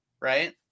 right